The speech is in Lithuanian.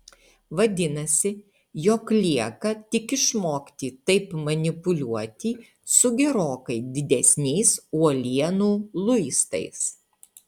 vadinasi jog lieka tik išmokti taip manipuliuoti su gerokai didesniais uolienų luistais